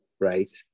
right